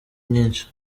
nyinshi